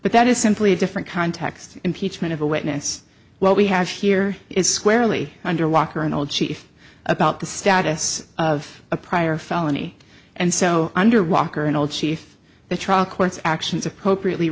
but that is simply a different context impeachment of a witness what we have here is squarely under walker and old chief about the status of a prior felony and so under walker and old chief the trial court's actions appropriately